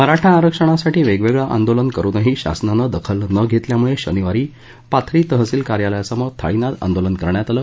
मराठा आरक्षणासाठी वेगवेगळे आंदोलन करूनही शासनाने दखल न घेतल्यामुळे शनिवारी पाथरी तहसिल कार्यालयासमोर थाळीनाद आंदोलन करण्यात आले